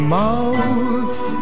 mouth